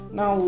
Now